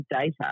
data